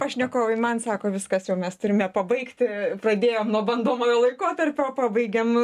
pašnekovai man sako viskas jau mes turime pabaigti pradėjom nuo bandomojo laikotarpio pabaigėm